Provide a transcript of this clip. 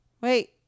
Wait